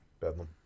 Bedlam